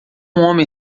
homem